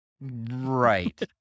Right